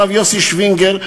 הרב יוסי שווינגר,